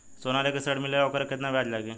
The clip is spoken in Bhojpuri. सोना लेके ऋण मिलेला वोकर केतना ब्याज लागी?